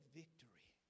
victory